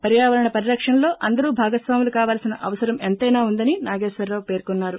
పర్యావరణ పరిరక్షణలో అందరూ భాగస్వాములు కావాల్సిన అవసరం ఎంతైనా ఉందని నాగేశ్వరరావు పేర్కొన్నారు